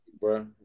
Bro